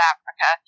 Africa